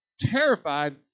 terrified